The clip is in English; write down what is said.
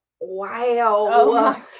wow